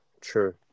true